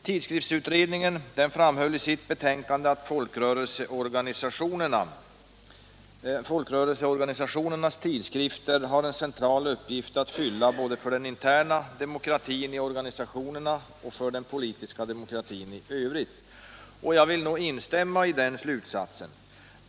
Tidskriftsutredningen framhöll i sitt betänkande att folkrörelseorganisationernas tidskrifter har en central uppgift att fylla både för den interna demokratin i organisationerna och för den politiska demokratin i övrigt. Jag vill instämma i den slutsatsen.